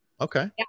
okay